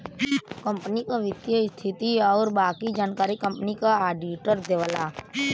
company क वित्तीय स्थिति आउर बाकी जानकारी कंपनी क आडिटर देवला